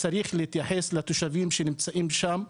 צריך להתייחס לתושבים שנמצאים שם,